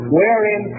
wherein